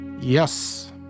Yes